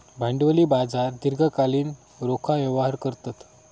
भांडवली बाजार दीर्घकालीन रोखा व्यवहार करतत